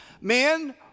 Men